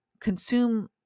consume